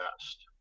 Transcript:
best